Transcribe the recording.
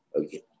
Okay